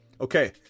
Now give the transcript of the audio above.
Okay